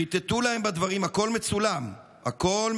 חיטטו להם בדברים, הכול מצולם ומתועד,